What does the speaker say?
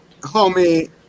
homie